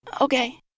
Okay